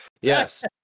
Yes